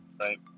right